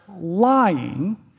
lying